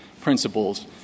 principles